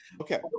Okay